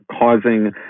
causing